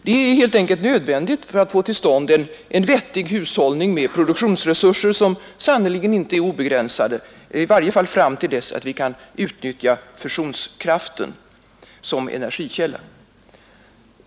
Det är helt enkelt nödvändigt för att få till stånd en vettig hushållning med produktionsresurser som sannerligen inte är obegränsade, i varje fall fram till dess att vi kan utnyttja fusionskraften som energikälla.